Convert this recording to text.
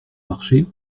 marché